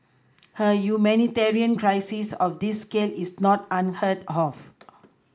a humanitarian crisis of this scale is not unheard of